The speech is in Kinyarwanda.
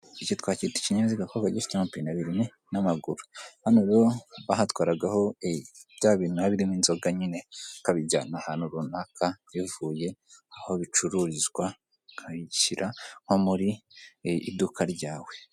Icyo twakita ikinyabiziga kuko gifite amapina abiri n'amaguru, hano rero bahatwaragaho bya bintu biba biririmo inzoga nyine bakabijyana ahantu runaka bivuye aho bicururizwa, ukabishyira nko muri iduka ryawe.